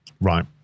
Right